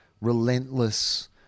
relentless